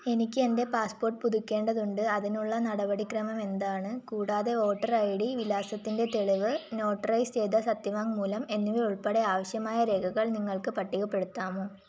എനിക്ക് എൻ്റെ പാസ്പോർട്ട് പുതുക്കേണ്ടതുണ്ട് അതിനുള്ള നടപടിക്രമം എന്താണ് കൂടാതെ വോട്ടർ ഐ ഡി വിലാസത്തിൻ്റെ തെളിവ് നോട്ടറൈസ് ചെയ്ത സത്യവാങ്മൂലം എന്നിവയുൾപ്പെടെ ആവശ്യമായ രേഖകൾ നിങ്ങൾക്ക് പട്ടികപ്പെടുത്താമോ